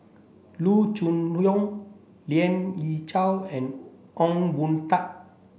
Loo Choon Yong Lien Ying Chow and Ong Boon Tat